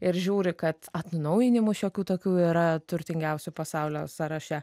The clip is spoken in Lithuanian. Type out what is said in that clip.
ir žiūri kad atnaujinimų šiokių tokių yra turtingiausių pasaulio sąraše